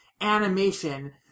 animation